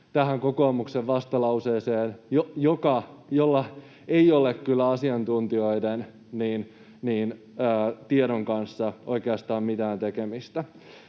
tähän kokoomuksen vastalauseeseen, jolla ei ole kyllä asiantuntijoiden tiedon kanssa oikeastaan mitään tekemistä.